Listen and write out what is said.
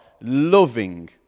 loving